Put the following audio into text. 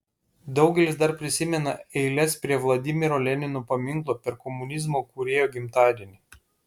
daugelis dar prisimena eiles prie vladimiro lenino paminklo per komunizmo kūrėjo gimtadienį